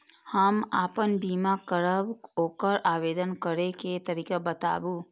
हम आपन बीमा करब ओकर आवेदन करै के तरीका बताबु?